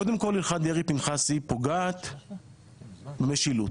קודם כל, הלכת דרעי-פנחסי פוגעת במשילות.